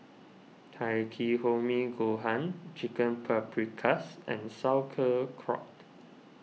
Takikomi Gohan Chicken Paprikas and